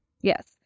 Yes